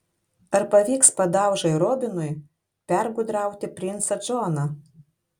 ar pavyks padaužai robinui pergudrauti princą džoną